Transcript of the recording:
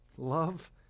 Love